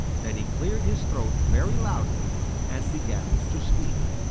then he cleared his throat very loudly and began to speak.